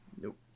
Nope